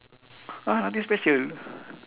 !huh! nothing special